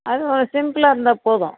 அதுவா சிம்ப்ளாக இருந்தால் போதும்